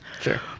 Sure